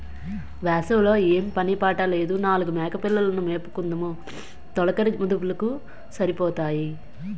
వేసవి లో ఏం పని పాట లేదు నాలుగు మేకపిల్లలు ను మేపుకుందుము తొలకరి మదుపులకు సరిపోతాయి